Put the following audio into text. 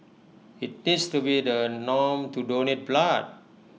IT deeds to be the norm to donate blood